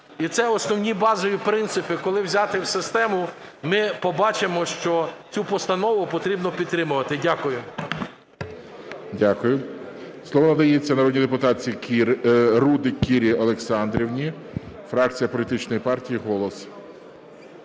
І це основні, базові принципи, коли взяти в систему, ми побачимо, що цю постанову потрібно підтримувати. Дякую. ГОЛОВУЮЧИЙ. Дякую. Слово надається народній депутатці Рудик Кірі Олександрівні, фракція політичної партії "Голос".